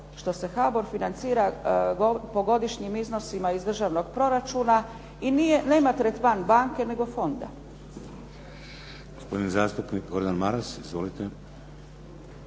što se HBOR financira po godišnjim iznosima iz državnog proračuna i nema tretman banke, nego fonda.